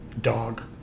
dog